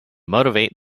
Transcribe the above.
motivate